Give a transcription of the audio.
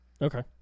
Okay